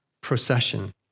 procession